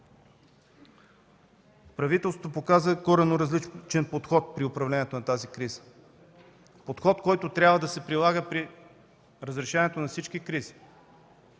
Правителството показа коренно различен подход при управлението на тази криза – подход, който трябва да се прилага при разрешаването на всички кризи.